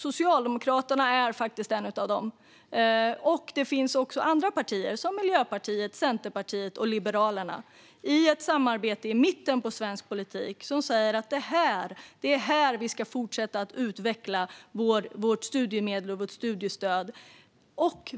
Socialdemokraterna är ett av dem, och det finns även andra partier som Miljöpartiet, Centerpartiet och Liberalerna - i ett samarbete i mitten av svensk politik - som säger att det är här vi ska fortsätta att utveckla vårt studiemedel och vårt studiestöd.